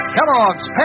Kellogg's